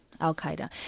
Al-Qaeda